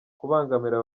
kubangamira